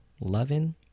loving